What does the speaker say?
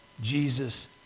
Jesus